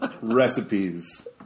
recipes